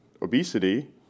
obesity